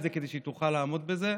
כדי שהיא תוכל לעמוד בזה.